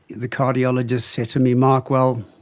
the cardiologist said to me, mark, well,